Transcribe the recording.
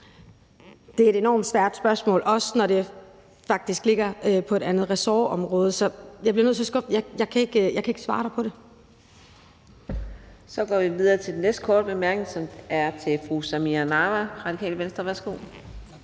Det er et enormt svært spørgsmål, også når det faktisk ligger under et andet ressortområde. Så jeg bliver nødt til at skuffe dig. Jeg kan ikke svare dig på det. Kl. 15:34 Fjerde næstformand (Karina Adsbøl): Så går vi videre til den næste korte bemærkning, som er til fru Samira Nawa, Radikale Venstre. Værsgo.